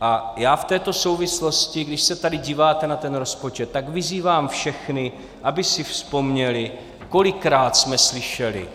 A já v této souvislosti, když se tady díváte na ten rozpočet, tak vyzývám všechny, aby si vzpomněli, kolikrát jsme slyšeli